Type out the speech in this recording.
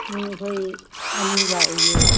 ꯃꯤ ꯑꯩꯈꯣꯏ ꯑꯅꯤ ꯂꯥꯛꯏꯌꯦ